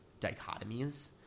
dichotomies